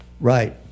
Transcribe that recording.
right